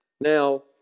Now